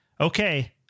okay